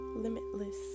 Limitless